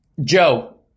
Joe